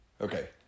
Okay